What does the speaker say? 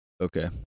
Okay